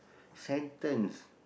sentence